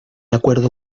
acuerdo